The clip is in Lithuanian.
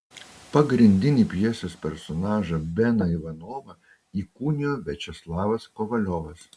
pagrindinį pjesės personažą beną ivanovą įkūnijo viačeslavas kovaliovas